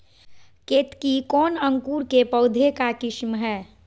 केतकी कौन अंकुर के पौधे का किस्म है?